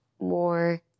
more